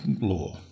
law